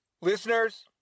listeners